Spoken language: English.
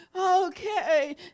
okay